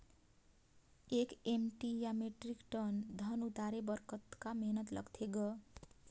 एक एम.टी या metric ton धन उतारे बर कतका मेहनती लगथे ग?